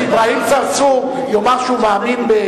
שאברהים צרצור יאמר שהוא מאמין,